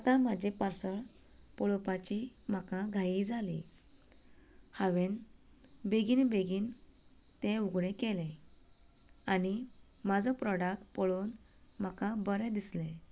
आतां म्हाजे पार्सल पळोवपाची म्हाका घाई जाली हांवेन बेगीन बेगीन तें उघडे केलें आनी म्हाजो प्रॉडाक्ट पळोवन म्हाका बरें दिसलें